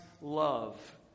love